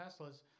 Teslas